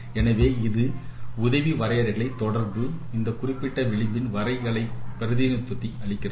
எனது இது உதவி வரையறைகளை தொடர்பு இந்த குறிப்பிட்ட விளிபின் வரைகலை பிரதிநிதித்துவத்தை அளிக்கிறது